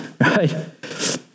right